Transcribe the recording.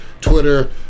Twitter